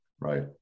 right